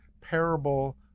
parable